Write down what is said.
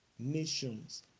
nations